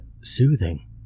soothing